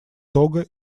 того